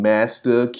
Master